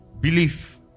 Belief